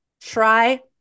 Try